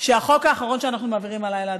בזה שהחוק האחרון שאנחנו מעבירים הלילה,